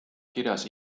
kirjas